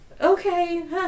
okay